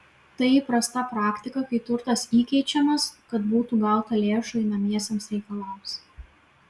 tai įprasta praktika kai turtas įkeičiamas kad būtų gauta lėšų einamiesiems reikalams